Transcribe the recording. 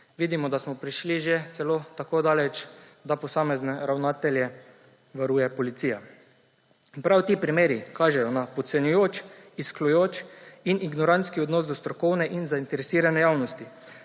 Vidimo, da smo prišli že celo tako daleč, da posamezne ravnatelje varuje policija. Prav ti primeri kažejo na podcenjujoč, izključujoč in ignorantski odnos do strokovne in zainteresirane javnosti,